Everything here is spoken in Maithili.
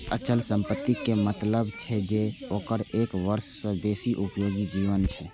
अचल संपत्ति के मतलब छै जे ओकर एक वर्ष सं बेसी उपयोगी जीवन छै